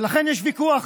ולכן יש ויכוח